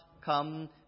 come